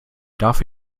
darf